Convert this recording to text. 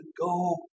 go